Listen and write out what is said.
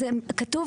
זה הכל.